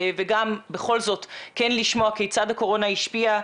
וגם בכל זאת כן לשמוע כיצד הקורונה השפיעה,